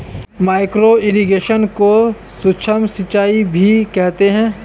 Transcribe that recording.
micro irrigation को सूक्ष्म सिंचाई भी कहते हैं